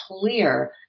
clear